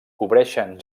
cobreixen